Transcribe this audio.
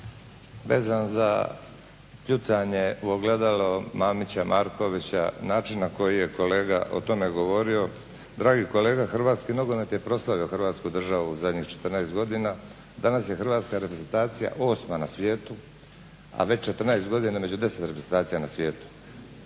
vezan za kljucanje u ogledalo Mamića, Markovića način na koji je kolega o tome govorio. Dragi kolega, hrvatski nogomet je proslavio Hrvatsku državu u zadnjih 14 godina. Danas je hrvatska reprezentacija 8.na svijetu, a već 14 godina među 10 reprezentacija na svijetu.